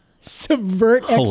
Subvert